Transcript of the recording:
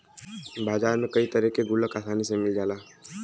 बाजार में कई तरे के गुल्लक आसानी से मिल जाला